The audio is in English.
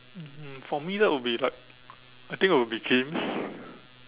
um for me that would be like I think it'll be games